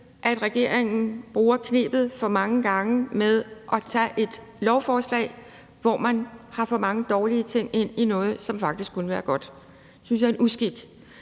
at regeringen for mange gange bruger knebet med at tage et lovforslag, hvor der er for mange dårlige ting i noget, som faktisk kunne være godt. Det synes jeg er en uskik,